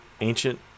Ancient